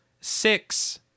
six